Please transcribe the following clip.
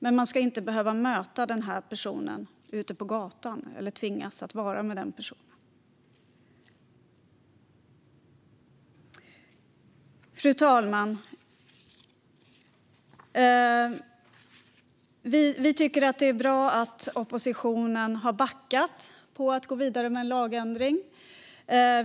Men de ska inte behöva möta den här personen ute på gatan eller tvingas att vara med den personen. Fru talman! Vi tycker att det är bra att oppositionen har backat i fråga om att gå vidare med en lagändring.